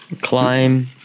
Climb